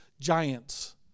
giants